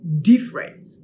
different